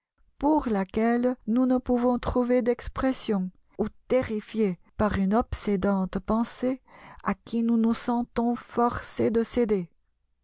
pour laquelle nous ne pouvons trouver d'expression ou terrifiés par une obsédante pensée à qui nous nous sentons forcés de céder